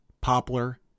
poplar